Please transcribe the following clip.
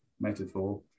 metaphor